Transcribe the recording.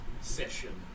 session